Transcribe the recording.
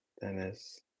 Dennis